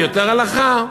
יותר הלכה,